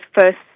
first